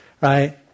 right